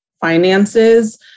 finances